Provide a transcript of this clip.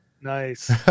Nice